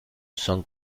son